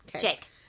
Jake